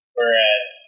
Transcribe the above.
Whereas